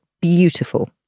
beautiful